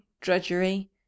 drudgery